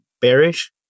bearish